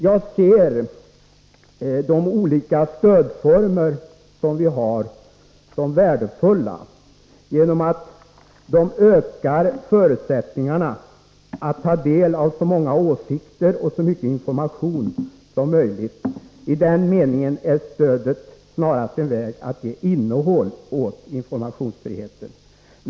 Jag ser de olika stödformer vi har som värdefulla genom att de ökar förutsättningarna att ta del av så många åsikter och så mycken information som möjligt. I den meningen är stödet snarast en väg att ge innehåll åt informationsfriheten.